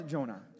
Jonah